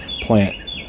plant